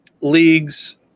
leagues